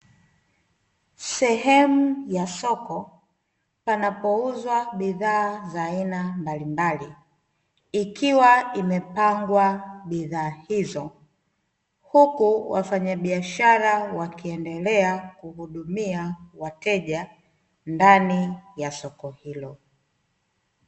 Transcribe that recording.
Sehemu ya soko panapouzwa bidhaa za hela mbalimbali, ikiwa imepangwa bidhaa hizo huku wafanyabiashara wakiendelea kuhudumia wateja ndani ya soko hilo.